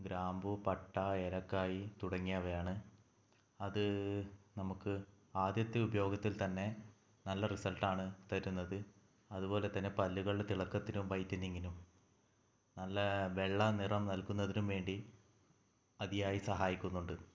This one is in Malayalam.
ഗ്രാമ്പൂ പട്ട ഏലക്കായ തുടങ്ങിയവയാണ് അത് നമുക്ക് ആദ്യത്തെ ഉപയോഗത്തിൽത്തന്നെ നല്ല റിസൾട്ട് ആണ് തരുന്നത് അതുപോലെതന്നെ പല്ലുകളുടെ തിളക്കത്തിനും വൈറ്റിനിങ്ങിനും നല്ല വെള്ളനിറം നൽകുന്നതിനും വേണ്ടി അതിയായി സഹായിക്കുന്നുണ്ട്